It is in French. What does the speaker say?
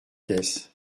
caisse